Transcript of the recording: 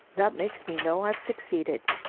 that makes me know i've succeeded.